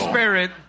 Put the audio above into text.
Spirit